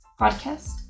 podcast